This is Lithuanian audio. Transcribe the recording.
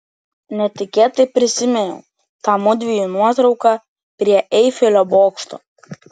netikėtai prisiminiau tą mudviejų nuotrauką prie eifelio bokšto